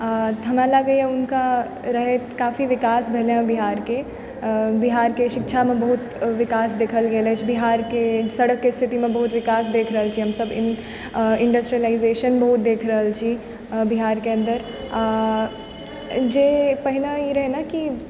आ हमरा लागै यऽ हुनका रहैत काफी विकास भेलै बिहारके शिक्षामे बहुत विकास देखल गेल अछि बिहार के सड़कके स्थितिमे बहुत विकास देख रहल छी हमसभ आओर इंडस्ट्रियलाइजेशन बहुत देख रहल छी बिहारके अन्दर जे पहिने ई रहै नहि कि